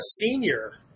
senior